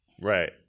Right